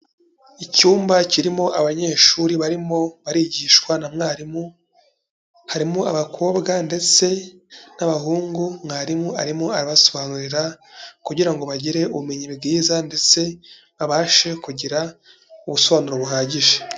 Icyumba kirimo abanyeshuri barimo barigishwa na mwarimu, harimo abakobwa ndetse n'abahungu, mwarimu arimo arabasobanurira kugira ngo bagire ubumenyi bwiza ndetse, babashe kugira ubusobanuro buhagije.